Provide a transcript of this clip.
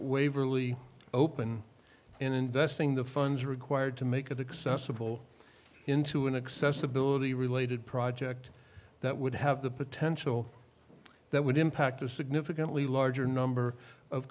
waverly open and investing the funds required to make it acceptable into inaccessibility related project that would have the potential that would impact a significantly larger number of